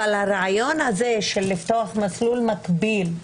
אבל הרעיון הזה של פתיחת מסלול מקביל,